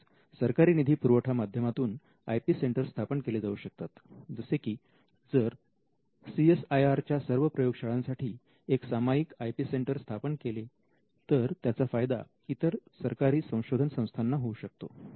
तसेच सरकारी निधी पुरवठा माध्यमातून आय पी सेंटर स्थापन केले जाऊ शकतात जसे की जर CSIR च्या सर्व प्रयोगशाळांसाठी एक सामायिक आय पी सेंटर स्थापन केले तर त्याचा फायदा इतर सरकारी संशोधन संस्थांना होऊ शकतो